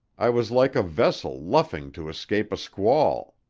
i was like a vessel luffing to escape a squall,